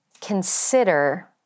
consider